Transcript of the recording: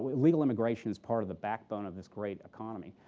ah legal immigration is part of the backbone of this great economy.